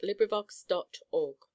LibriVox.org